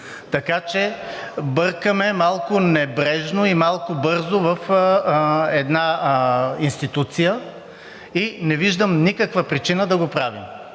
Така че бъркаме малко небрежно и малко бързо в една институция. Не виждам никаква причина да го правим.